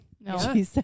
No